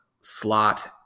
slot